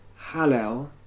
Hallel